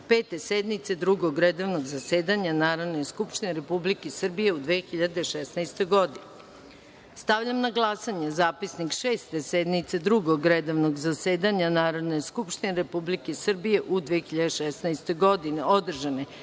sednice Drugog redovnog zasedanja Narodne skupštine Republike Srbije u 2016. godini. Stavljam na glasanje Zapisnik Šeste sednice Drugog redovnog zasedanja Narodne skupštine Republike Srbije u 2016. godini,